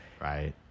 Right